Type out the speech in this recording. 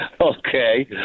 Okay